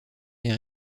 est